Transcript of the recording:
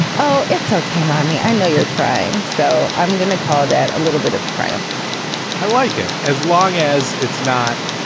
oh, it's okay, mommy, i know you're trying. so i'm going to call that a little bit of triumph i like it as long as it's not.